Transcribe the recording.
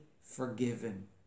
forgiven